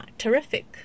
terrific